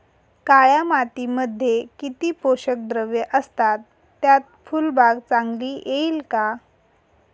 काळ्या मातीमध्ये किती पोषक द्रव्ये असतात, त्यात फुलबाग चांगली येईल का?